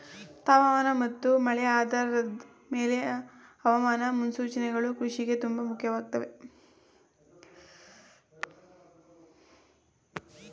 ತಾಪಮಾನ ಮತ್ತು ಮಳೆ ಆಧಾರದ್ ಮೇಲೆ ಹವಾಮಾನ ಮುನ್ಸೂಚನೆಗಳು ಕೃಷಿಗೆ ತುಂಬ ಮುಖ್ಯವಾಗಯ್ತೆ